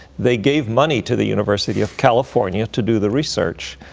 they gave money to the university of california to do the research.